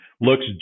looks